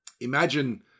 Imagine